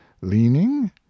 leaning